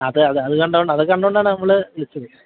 അതെ അതെ അത് കണ്ടു കൊണ്ട് അതു കണ്ടു കൊണ്ടാണ് നമ്മൾ വിളിച്ചത്